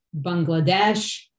Bangladesh